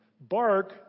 Bark